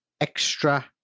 extra –